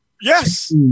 Yes